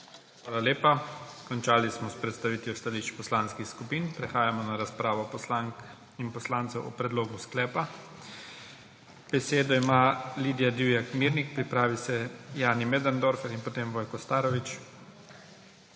Hvala lepa. Končali smo s predstavitvijo stališč poslanskih skupin. Prehajamo na razpravo poslank in poslancev o predlogu sklepa. Besedo ima Lidija Divjak Mirnik, pripravi se Jani Möderndorfer in potem Vojko Starović.